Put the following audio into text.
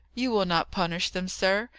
you will not punish them, sir,